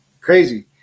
Crazy